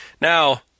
Now